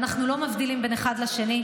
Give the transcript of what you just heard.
ואנחנו לא מבדילים בין אחד לשני.